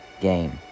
game